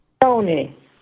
tony